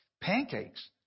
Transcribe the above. Pancakes